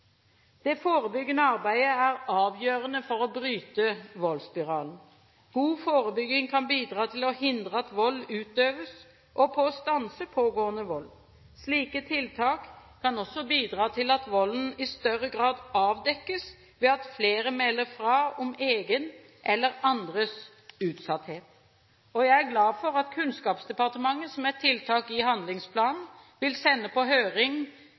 Det forebyggende arbeidet er avgjørende for å bryte voldsspiralen. God forebygging kan bidra til å hindre at vold utøves, og stanse pågående vold. Slike tiltak kan også bidra til at volden i større grad avdekkes, ved at flere melder fra om egen eller andres utsatthet. Jeg er glad for at Kunnskapsdepartementet – som et tiltak i handlingsplanen – vil sende på høring